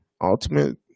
ultimate